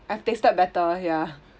I have tasted better ya